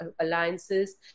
Alliances